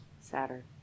Saturn